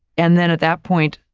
and then at that point,